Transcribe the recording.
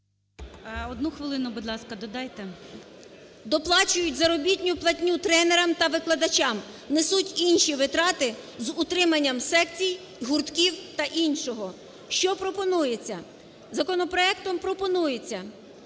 Одну хвилину, будь ласка, додайте. ЛУЦЕНКО І.С. Доплачують заробітну платню тренерам та викладачам, несуть інші витрати з утриманням секцій, гуртків та іншого. Що пропонується? Законопроектом пропонується